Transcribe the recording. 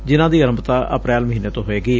ਜਿਨ੍ਹਾਂ ਦੀ ਅਰੰਭਤਾ ਅਪ੍ਰੈਲ ਮਹੀਨੇ ਤੋਂ ਹੋਏਗੀ